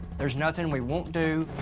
there's nothing we won't do.